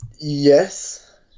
Yes